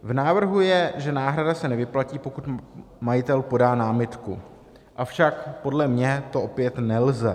V návrhu je, že náhrada se nevyplatí, pokud majitel podá námitku, avšak podle mě to opět nelze.